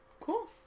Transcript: Cool